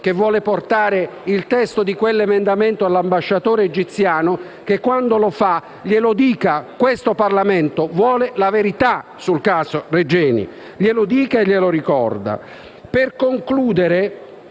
che vuole portare il testo di quell'emendamento all'ambasciatore egiziano, che, quando lo farà, gli dica che questo Parlamento vuole la verità sul caso Regeni. Glielo dica e glielo ricordi. Per concludere,